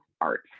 art